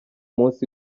munsi